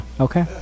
Okay